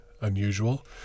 unusual